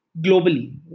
globally